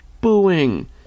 booing